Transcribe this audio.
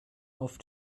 auf